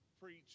preach